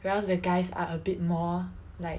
whereas the guys are a bit more like